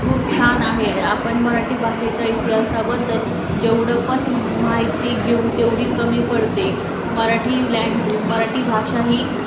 खूप छान आहे आपण मराठी भाषेच्या इतिहासाबद्दल जेवढं पण माहिती घेऊ तेवढी कमी पडते मराठी लॅन्ग मराठी भाषा ही